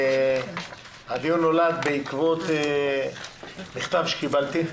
הדיון נולד בעקבות מכתב שקיבלתי: